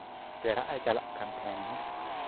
ᱯᱮᱲᱟᱜᱼᱮ ᱪᱟᱞᱟᱜ ᱠᱟᱱ ᱛᱟᱦᱮᱱᱟ